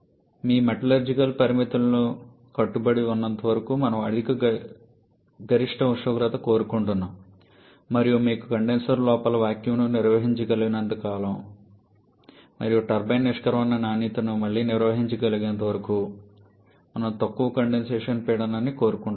మీ metallurgical పరిమితులు కట్టుబడి ఉన్నంత వరకు మనము అధిక గరిష్ట ఉష్ణోగ్రతను కోరుకుంటున్నాము మరియు మీకు కండెన్సర్ లోపల వాక్యూమ్ను నిర్వహించగలిగినంత కాలం మరియు టర్బైన్ నిష్క్రమణ నాణ్యతను మళ్లీ నిర్వహించగలిగేంత వరకు మనము తక్కువ కండెన్సేషన్ పీడనం ని కోరుకుంటున్నాము